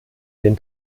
den